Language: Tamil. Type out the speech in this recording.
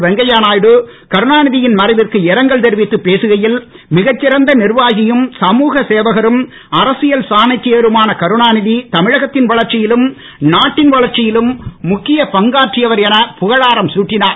வெங்கைய நாயுடு கருணாநிதயின் மறைவிற்கு இரங்கல் தெரிவித்து பேசுகையில் மிகச் சிறந்த நிர்வாகியும் சமூக சேவகரும் அரசியல் சாணக்கியருமான கருணாநிதி தமிழகத்தின் வளர்ச்சியிலும் நாட்டின் வளர்ச்சியிலும் முக்கியப் பங்காற்றியவர் என புகழாரம் தட்டினார்